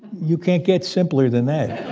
you can't get simpler than that